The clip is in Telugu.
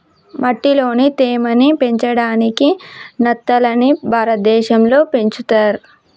మట్టిలోని తేమ ని పెంచడాయికి నత్తలని భారతదేశం లో పెంచుతర్